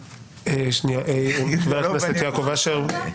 חבר הכנסת יעקב אשר.